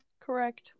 Correct